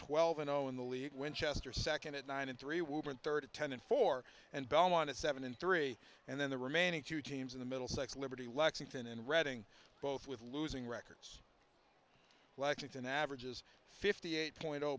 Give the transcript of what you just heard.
twelve and zero in the league winchester second at nine and three when third ten in four and belmont seven in three and then the remaining two teams in the middle six liberty lexington and reading both with losing records lexington averages fifty eight point